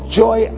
joy